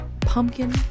pumpkin